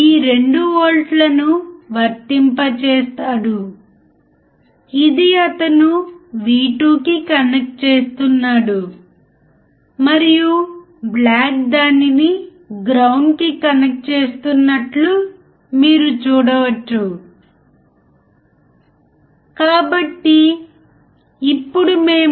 మీరు వోల్టేజ్ ఫాలోవర్ని ఏ రకమైన ఎలక్ట్రానిక్ మాడ్యూళ్ళలో ఉపయోగించబోతున్నారు